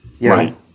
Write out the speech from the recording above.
Right